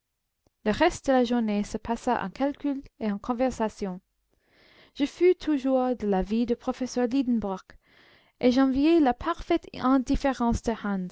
le reste de la journée se passa en calculs et en conversation je fus toujours de l'avis du professeur lidenbrock et j'enviai la parfaite indifférence